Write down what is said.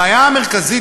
הבעיה המרכזית,